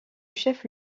chef